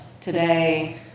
today